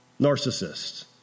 narcissists